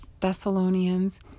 Thessalonians